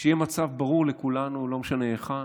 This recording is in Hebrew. שיהיה מצב ברור לכולנו, לא משנה היכן,